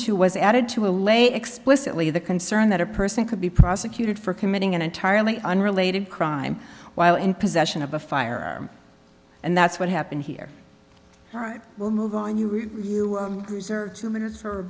to was added to allay explicitly the concern that a person could be prosecuted for committing an entirely unrelated crime while in possession of a firearm and that's what happened here all right we'll move on you were you were cruiser two minutes for a